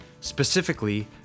specifically